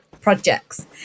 Projects